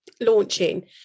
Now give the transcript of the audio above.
launching